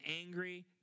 Angry